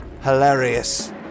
Hilarious